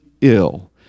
ill